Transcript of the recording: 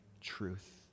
truth